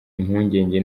impungenge